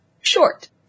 short